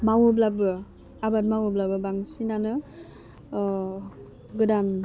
मावोब्लाबो आरो आबाद मावोब्लाबो बांसिनानो गोदान